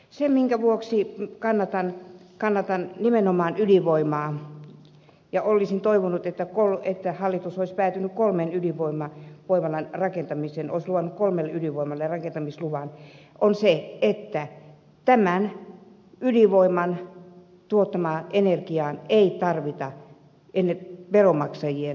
se minkä vuoksi kannatan nimenomaan ydinvoimaa olisin toivonut että hallitus olisi päätynyt kolmen ydinvoimalan rakentamiseen olisi luvannut kolmelle ydinvoimalalle rakentamisluvan on se että ydinvoiman tuottamaan energiaan ei tarvita veronmaksajien tukirahoja